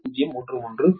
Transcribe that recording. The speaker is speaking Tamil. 2 0